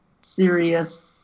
serious